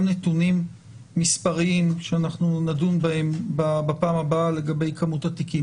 נתונים מספריים שאנחנו נדון בהם בפעם הבאה לגבי כמות התיקים.